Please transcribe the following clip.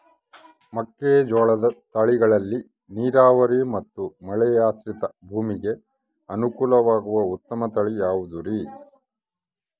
ಮೆಕ್ಕೆಜೋಳದ ತಳಿಗಳಲ್ಲಿ ನೇರಾವರಿ ಮತ್ತು ಮಳೆಯಾಶ್ರಿತ ಭೂಮಿಗೆ ಅನುಕೂಲವಾಗುವ ಉತ್ತಮ ತಳಿ ಯಾವುದುರಿ?